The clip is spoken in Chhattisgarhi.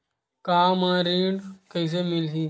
कार म ऋण कइसे मिलही?